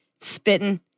spitting